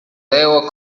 debo